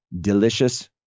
delicious